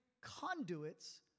conduits